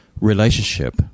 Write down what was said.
relationship